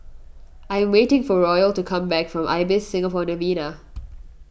I am waiting for Royal to come back from Ibis Singapore Novena